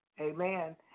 Amen